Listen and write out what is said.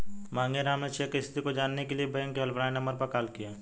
मांगेराम ने चेक स्थिति को जानने के लिए बैंक के हेल्पलाइन नंबर पर कॉल किया